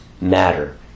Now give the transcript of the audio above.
Matter